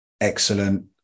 excellent